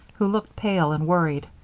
who looked pale and worried.